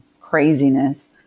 craziness